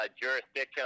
jurisdiction